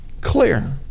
clear